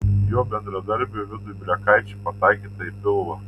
jo bendradarbiui vidui blekaičiui pataikyta į pilvą